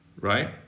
right